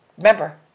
Remember